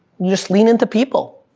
just lean into people,